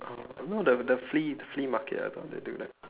uh no the the flea the flea market ah up on they do that